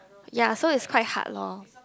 ya so is quite hard lor